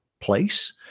place